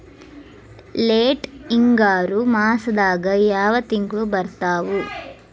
Late ಹಿಂಗಾರು ಮಾಸದಾಗ ಯಾವ್ ತಿಂಗ್ಳು ಬರ್ತಾವು?